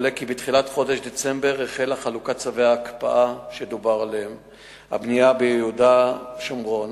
בתחילת חודש דצמבר החלה חלוקת צווי הקפאת בנייה ביישובי יהודה ושומרון.